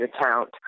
account